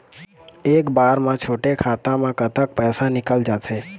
एक बार म छोटे खाता म कतक पैसा निकल जाथे?